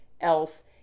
else